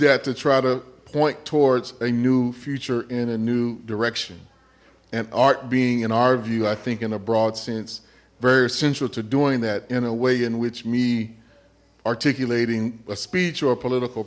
that to try to point towards a new future in a new direction and art being in our view i think in a broad sense very essential to doing that in a way in which me articulating a speech or a political